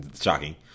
Shocking